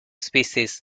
species